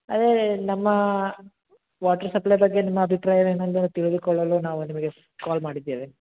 ಅದೇ ನಮ್ಮ water supply ಬಗ್ಗೆ ನಿಮ್ಮ ಅಭಿಪ್ರಾಯವೇನೆಂದು ತಿಳಿದುಕೊಳ್ಳಲು ನಾವು ನಿಮಗೆ ಕಾಲ್ ಮಾಡಿದ್ದೇವೆ